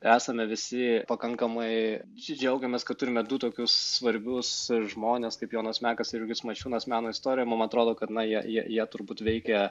esame visi pakankamai džiaugiamės kad turime du tokius svarbius žmones kaip jonas mekas ir jurgis mačiūnas meno istorijoj mum atrodo kad na jie jie jie turbūt veikė